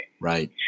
right